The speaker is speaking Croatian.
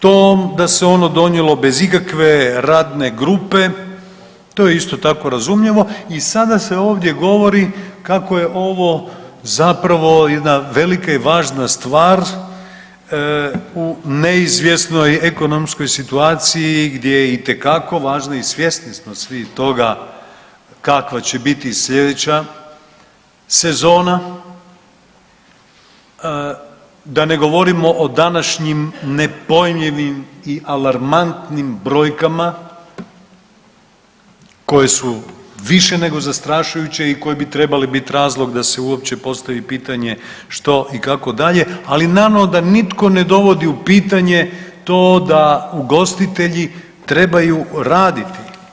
To da se ono donijelo bez ikakve radne grupe, to je isto tako razumljivo i sada se ovdje govori kako je ovo zapravo jedna velika i važna stvar u neizvjesnoj ekonomskoj situaciji gdje je itekako važno i svjesni smo svi toga kakva će biti sljedeća sezona, da ne govorimo o današnjim nepojmljivim i alarmantnim brojkama koje su više nego zastrašujuće i koje bi trebali biti razlog da se uopće postavi pitanje, što i kako dalje, ali naravno da nitko ne dovodi u pitanje to da ugostitelji trebaju raditi.